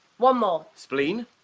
one more. spleen.